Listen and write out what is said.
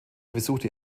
besuchte